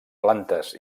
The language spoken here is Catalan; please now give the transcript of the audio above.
plantes